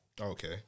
Okay